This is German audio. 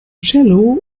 cello